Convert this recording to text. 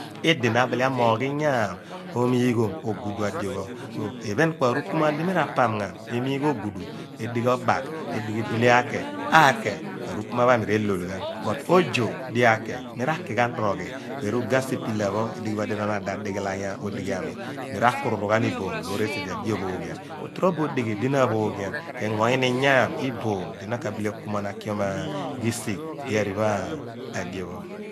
Idi na abile amoogh iyaam omiighom ogudu adio pho, so iphen ku arukumuan di mi ra pam ghan emiigh ogudu edigh obagh edigbi dule aake aake, arukumuan pho aami re/lol ghan bat ozo dio aake, mi ra/ki ghan roghi ku eru ga asipila pho edighi bo onon odo adighalanya odighi aami mi ra/akururu ghan iboom loor osi di adio ophooghian ku torobo odoghi di na aphooghian k'enyo ina iyaam iboom di na ka bile akumuan akiom ghisigh diphoripho adio pho.